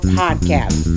podcast